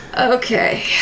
Okay